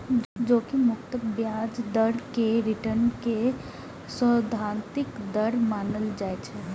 जोखिम मुक्त ब्याज दर कें रिटर्न के सैद्धांतिक दर मानल जाइ छै